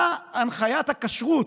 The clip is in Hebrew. מה הנחיית הכשרות?